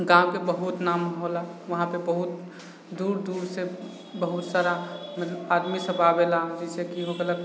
गाँवके बहुत नाम होला वहाँपर बहुत दूर दूरसँ बहुत सारा आदमीसब आबेला जइसेकि हो गेलक